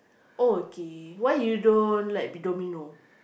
oh okay why you don't like D~ Domino